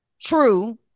true